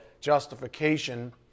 justification